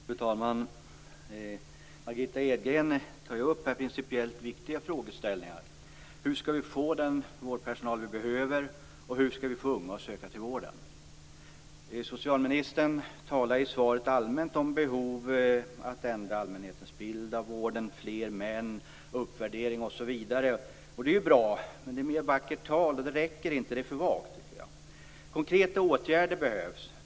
Fru talman! Margitta Edgren tar upp principiellt viktiga frågeställningar. Hur skall vi få den vårdpersonal vi behöver? Hur skall vi få unga att söka sig till vården? Socialministern talade i svaret allmänt om behovet av att ändra allmänhetens bild av vården, fler män, uppvärdering osv. Det är bra. Men det är vackert tal som inte räcker. Det är för vagt. Det behövs konkreta åtgärder.